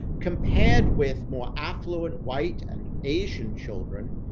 compared with more affluent white and asian children,